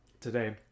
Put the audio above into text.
today